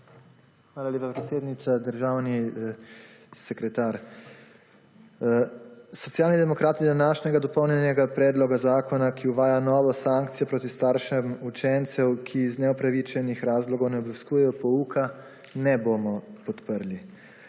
Hvala lepa, podpredsednica. Državni sekretar! Socialni demokrati današnjega dopolnjenega predloga zakona, ki uvaja novo sankcijo proti staršem učencev, ki iz neupravičenih razlogov ne obiskujejo pouka, ne bomo podprli.